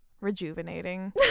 rejuvenating